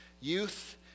youth